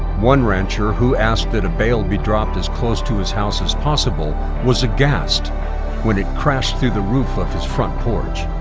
one rancher, who asked that a bale be dropped as close to his house as possible, was aghast when it crashed through the roof of his front porch.